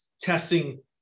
testing